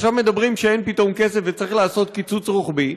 עכשיו פתאום אומרים שאין כסף וצריך לעשות קיצוץ רוחבי,